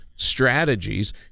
strategies